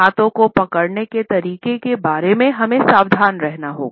हाथों को पकड़ने के तरीके के बारे में हमें सावधान रहना होगा